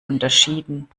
unterschieden